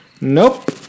Nope